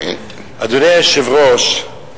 אדוני היושב-ראש,